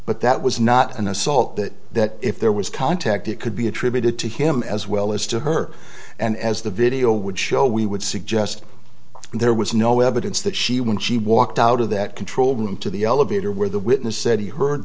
but that was not an assault that if there was contact it could be attributed to him as well as to her and as the video would show we would suggest there was no evidence that she when she walked out of that control room to the elevator where the witness said he heard